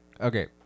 Okay